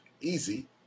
easy